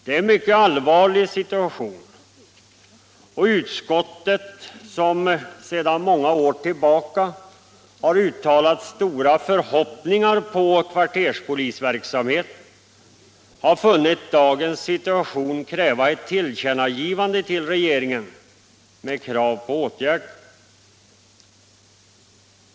Det är en mycket allvarlig situation, och utskottet, som sedan många år tillbaka har uttalat stora förhoppningar på kvarterspolisverksamheten, har funnit dagens situation kräva ett tillkännagivande till regeringen med krav på åtgärder.